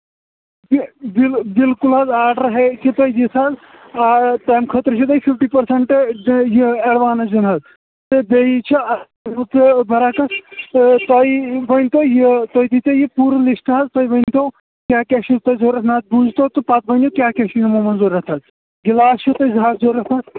بالکُل حظ آرڈَر ہیکِو تُہۍ دِتھ حظ تَمہِ خٲظرٕ چھو تۄہہِ فِفٹی پٔرسَنٹ ایڈوانٕس دِیُن حظ تہٕ بیٚیہِ چھُ ہُتھ بَرعکس تہٕ تۄہہِ ؤنۍ تو یہِ تُہۍ دیٖتو یہِ پوٗرٕ لِسٹ حظ تُہۍ ؤنۍ تو کیاہ کیاہ چھو تۄہہِ ضروٗرت نَتہٕ بوٗزۍ تو تہٕ پَتہٕ ؤنِو کیاہ کیاہ چھُ یِمو منٛز ضروٗرت حظ گِلاس چھو تۄہہِ زٕ ہَتھ ضروٗرت حظ